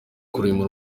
kurema